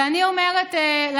ואני אומרת לכם,